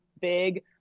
big